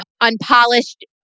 Unpolished